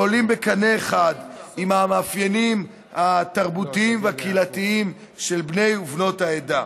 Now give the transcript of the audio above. שעולים בקנה אחד עם המאפיינים התרבותיים והקהילתיים של בני ובנות העדה,